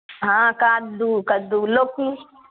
हँ काद्दू कद्दू लोक